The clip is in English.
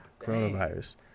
coronavirus